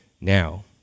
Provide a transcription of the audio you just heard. now